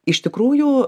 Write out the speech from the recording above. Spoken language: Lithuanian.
iš tikrųjų